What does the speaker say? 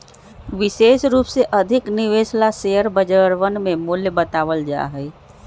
विशेष रूप से अधिक निवेश ला शेयर बजरवन में मूल्य बतावल जा हई